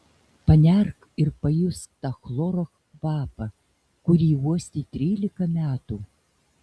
panerk ir pajusk tą chloro kvapą kurį uostei trylika metų